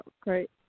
great